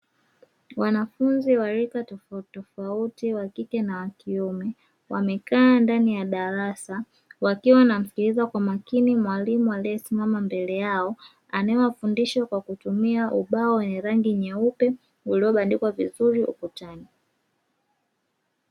Wanafunzi wa rika tofauti tofauti wakike na wakiume, wamekaa ndani ya darasa wakiwa wanamsikiliza Kwa makini mwalimu aliyesimama mbele yao, akiwafundisha Kwa kutumia ubao wenye rangi nyeupe uliobandikwa vizuri ukutani.